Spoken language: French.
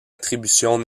attributions